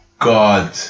God